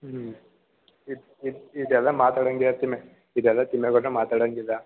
ಹ್ಞೂ ಇದು ಇದು ಇದೆಲ್ಲ ಮಾತಾಡೋಂಗಿಲ್ಲ ತಿಮ್ಮೆ ಇದೆಲ್ಲ ತಿಮ್ಮೆಗೌಡರೇ ಮಾತಾಡೋಂಗಿಲ್ಲ